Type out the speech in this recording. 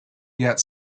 yet